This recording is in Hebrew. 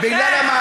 בגללכם.